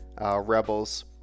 Rebels